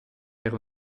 era